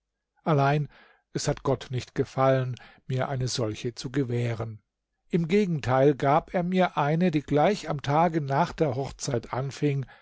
allein es hat gott nicht gefallen mir eine solche zu gewähren im gegenteil gab er mir eine die gleich am tage nach der hochzeit anfing